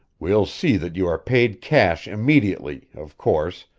we'll see that you are paid cash immediately, of course,